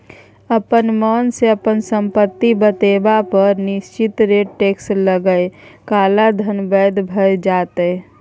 अपना मोनसँ अपन संपत्ति बतेबा पर निश्चित रेटसँ टैक्स लए काला धन बैद्य भ जेतै